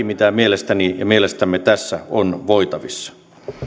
mitä mielestäni ja mielestämme tässä on voitavissa